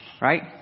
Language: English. Right